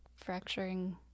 fracturing